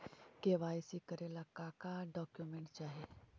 KYC करे ला का का डॉक्यूमेंट चाही?